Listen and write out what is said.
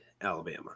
Alabama